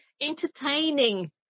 entertaining –